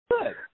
good